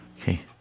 Okay